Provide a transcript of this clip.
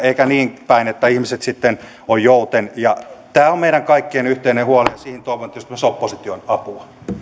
eikä niinpäin että ihmiset sitten ovat jouten tämä on meidän kaikkien yhteinen huoli siihen toivon tietysti myös opposition apua